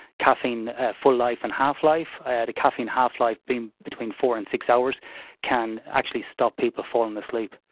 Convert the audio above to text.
caffeine full-life and half-life, the caffeine half-life being between four and six hours can actually stop people falling asleep.